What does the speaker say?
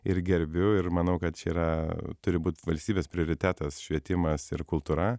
ir gerbiu ir manau kad čia yra turi būt valstybės prioritetas švietimas ir kultūra